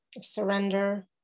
Surrender